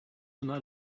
tonight